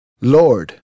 Lord